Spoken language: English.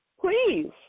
please